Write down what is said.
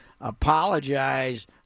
apologize